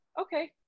Okay